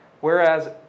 Whereas